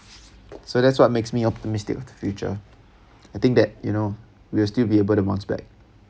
so that's what makes me optimistic with the future I think that you know we will still be able to bounce back